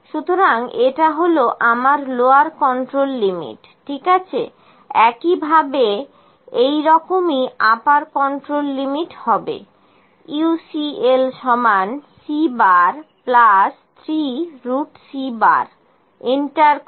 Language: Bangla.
সুতরাং এটা হল আমার লোয়ার কন্ট্রোল লিমিট ঠিক আছে একইভাবে এইরকমই আপার কন্ট্রোল লিমিট হবে UCL C3C এন্টার করো